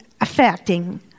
affecting